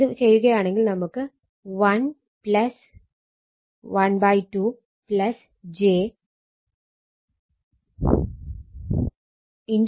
ഇത് ചെയ്യുകയാണെങ്കിൽ നമുക്ക് 1 12 j √ 32